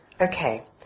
Okay